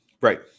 Right